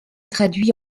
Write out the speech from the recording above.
traduits